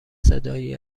صدایی